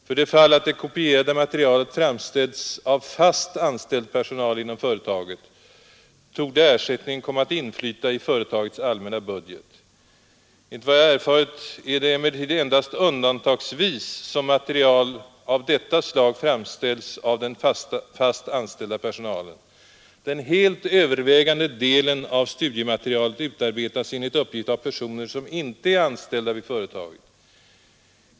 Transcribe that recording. För det fall att det kopierade materialet framställts av fast anställd personal inom företaget, torde ersättningen komma att inflyta i företagets allmänna budget. Enligt vad jag erfarit är det emellertid endast undantagsvis som material av detta slag framställs av den fast anställda personalen. Den helt övervägande delen av studiematerialet utarbetas enligt uppgift av personer som inte är anställda vid företaget.